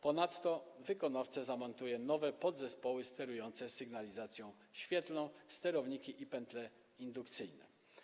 Ponadto wykonawca zamontuje nowe podzespoły sterujące sygnalizacją świetlną, sterowniki i pętle indukcyjne.